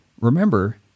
remember